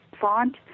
font